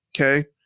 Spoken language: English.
okay